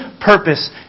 purpose